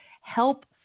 help